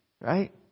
Right